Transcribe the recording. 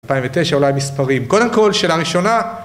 2009 אולי מספרים, קודם כל שאלה ראשונה